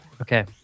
Okay